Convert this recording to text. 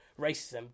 racism